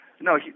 No